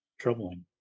troubling